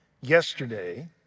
yesterday